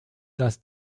dass